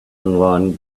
online